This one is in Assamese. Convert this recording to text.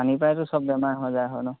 পানীৰপৰাইতো চব বেমাৰ হৈ যায় ন